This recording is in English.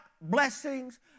blessings